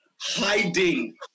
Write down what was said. hiding